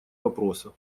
вопроса